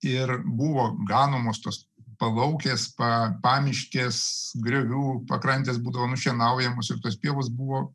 ir buvo ganomos tos palaukės pa pamiškės griovių pakrantės būdom šienaujamosios ir pievos buvo